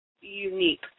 unique